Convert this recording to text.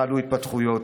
חלו התפתחויות,